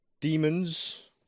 Demons